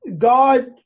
God